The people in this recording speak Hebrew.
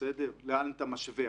לאן אתה משווה,